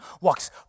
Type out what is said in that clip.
walks